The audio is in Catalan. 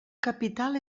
capital